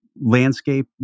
landscape